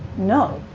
no.